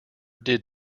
did